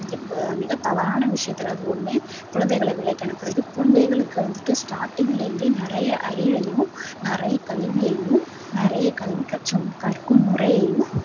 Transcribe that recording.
மிக தவறான விஷயத்தில் அது ஒன்று குழந்தைகளை வேலைக்கு அனுப்புறது குழந்தைகளுக்கு வந்து ஸ்டார்டிங்லேருந்து நிறைய அறிவையும் நிறைய கல்வியையும் நிறைய கல்வி கற்கும் முறையும்